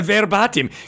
Verbatim